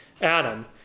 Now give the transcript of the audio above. Adam